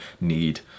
need